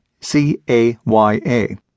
C-A-Y-A